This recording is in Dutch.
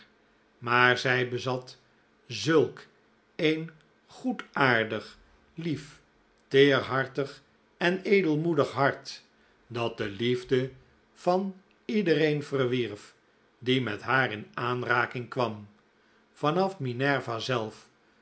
maar zij bezat zulk een goedaardig lief teerhartig en edelmoedig hart dat de liefde van iedereen verwierf die met haar in aanraking kwam van af minerva zelf